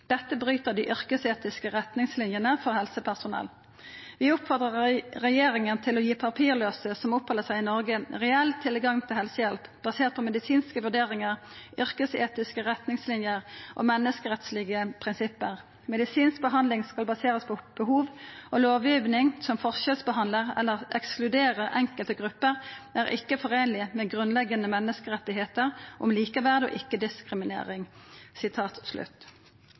Dette bryter de yrkesetiske retningslinjene for helsepersonell. Vi oppfordrer regjeringen til å gi papirløse som oppholder seg i Norge reell tilgang til helsehjelp, basert på medisinske vurderinger, yrkesetiske retningslinjer og menneskerettslige prinsipper. Medisinsk behandling skal baseres på behov, og lovgivning som forskjellsbehandler eller ekskluderer enkelte grupper er ikke forenlig med grunnleggende menneskerettigheter om likeverd og